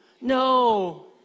no